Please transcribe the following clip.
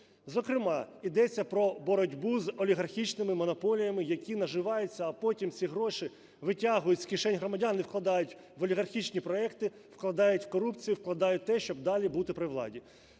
Зокрема, ідеться про боротьбу з олігархічними монополіями, які наживаються, а потім ці гроші витягують з кишень громадян і вкладають в олігархічні проекти, вкладають в корупцію, вкладають в те, щоб далі бути при владі.